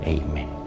Amen